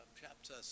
chapter